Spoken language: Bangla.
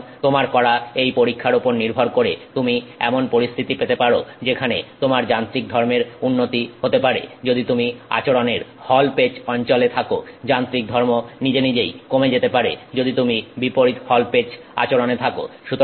সুতরাং তোমার করা এই পরীক্ষার ওপর নির্ভর করে তুমি এমন পরিস্থিতি পেতে পারো যেখানে তোমার যান্ত্রিক ধর্মের উন্নতি হতে পারে যদি তুমি আচরণের হল পেচ অঞ্চলে থাকো যান্ত্রিক ধর্ম নিজে নিজেই কমে যেতে পারে যদি তুমি বিপরীত হল পেচ আচরণে থাকো